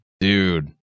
dude